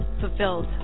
fulfilled